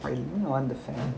can we on the fan